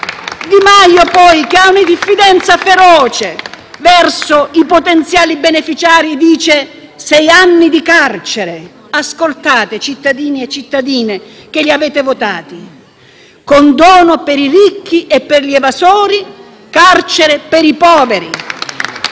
Di Maio, che ha una diffidenza feroce verso i potenziali beneficiari, ha parlato di sei anni di carcere. Ascoltate, cittadini e cittadine, che li avete votati: condono per i ricchi e per gli evasori, carcere per i poveri